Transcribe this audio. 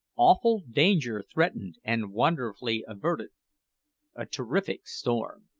awful danger threatened and wonderfully averted a terrific storm.